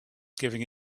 giving